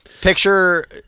picture